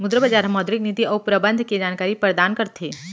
मुद्रा बजार ह मौद्रिक नीति अउ प्रबंधन के जानकारी परदान करथे